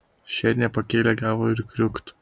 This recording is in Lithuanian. šernė pakėlė galvą ir kriūkt